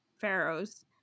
pharaohs